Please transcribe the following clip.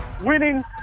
winning